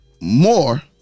more